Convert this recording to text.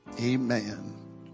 Amen